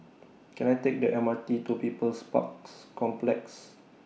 Can I Take The M R T to People's Parks Complex